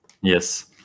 Yes